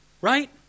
Right